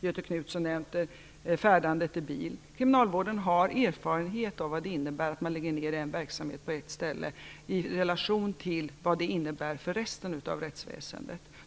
Göthe Knutson nämnde färdandet i bil. Kriminalvården har erfarenhet av vad det innebär att man lägger ned en verksamhet på ett ställe i relation till vad det innebär för resten av rättsväsendet.